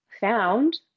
found